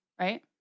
right